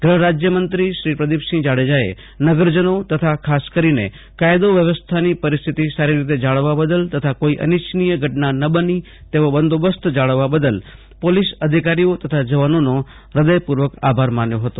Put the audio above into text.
ગૃહરાજ્યમંત્રી શ્રી પ્રદીપસિંહ જાડેજાએ નગરજનો તથા ખાસ કરીને કાયદો વ્યવસ્થાની પરિસ્થિતિ સારી રીતે જાળવવા બદલ તથા કોઈ અનિચ્છનીય ઘટના ન બની તેવો બંદોબસ્ત જાળવવા બદલ પોલીસ અધિકારીઓ તથા જવાનોનો હૃદયપૂર્વક આભાર માન્યો હતો